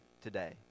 today